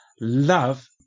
love